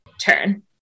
turn